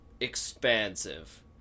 expansive